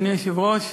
אדוני היושב-ראש,